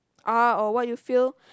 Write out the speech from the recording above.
are or what you feel